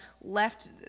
left